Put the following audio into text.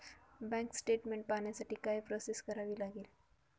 Bank statement पाहण्यासाठी काय process करावी लागेल?